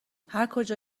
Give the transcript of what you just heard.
هرکجا